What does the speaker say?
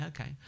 okay